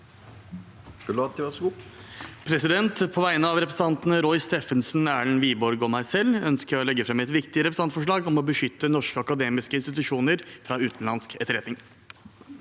På vegne av re- presentantene Roy Steffensen, Erlend Wiborg og meg selv ønsker jeg å legge fram et viktig representantforslag om å beskytte norske akademiske institusjoner fra utenlandsk etterretning.